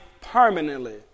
permanently